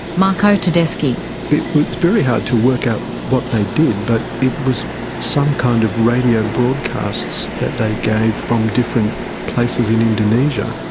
marco tedeschi it was very hard to work out what they did, but it was some kind of radio broadcast that they gave from different places in indonesia.